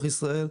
ישראל,